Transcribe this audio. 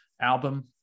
album